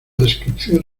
descripción